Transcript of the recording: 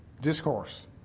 discourse